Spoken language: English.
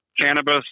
cannabis